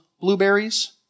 blueberries